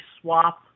swap